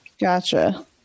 Gotcha